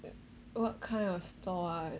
what kind of store ah